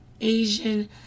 Asian